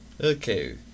Okay